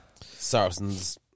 Saracens